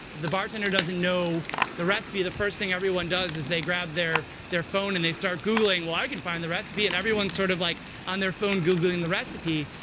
the bartender doesn't know the recipe, the first thing everyone does is they grab their their phone and they start googling, well, i can find the recipe. and everyone is sort of like on their phone googling the recipe.